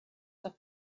que